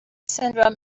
syndrome